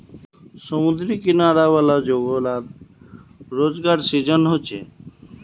समुद्री किनारा वाला जोगो लात रोज़गार सृजन होचे